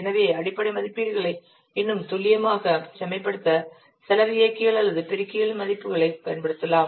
எனவே அடிப்படை மதிப்பீடுகளை இன்னும் துல்லியமாக செம்மைப்படுத்த செலவு இயக்கிகள் அல்லது பெருக்கிகளின் மதிப்புகளைப் பயன்படுத்தலாம்